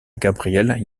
gabriel